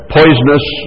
poisonous